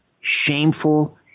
shameful